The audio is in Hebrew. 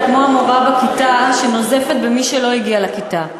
אתה כמו המורה בכיתה שנוזפת במי שלא הגיע לכיתה.